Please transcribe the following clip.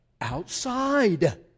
Outside